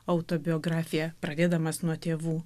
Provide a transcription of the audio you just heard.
autobiografiją pradėdamas nuo tėvų